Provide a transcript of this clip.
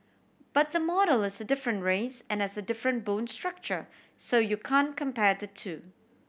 but the model is a different race and has a different bone structure so you can't compare the two